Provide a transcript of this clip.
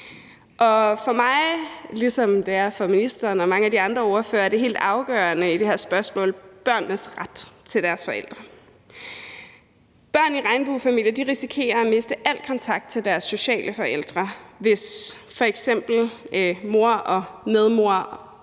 For mig, ligesom det er for ministeren og mange af de andre ordførere, er det helt afgørende i det her spørgsmål børnenes ret til deres forældre. Børn i regnbuefamilier risikerer at miste al kontakt til deres sociale forældre, hvis f.eks. mor og medmor